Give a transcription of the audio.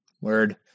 word